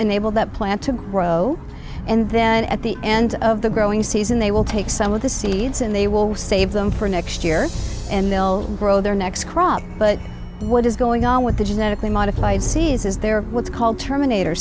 ground that will enable that plant to grow and then at the end of the growing season they will take some of the seeds and they will save them for next year and they'll grow their next crop but what is going on with the genetically modified sea is is there what's called terminator